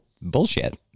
bullshit